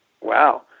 wow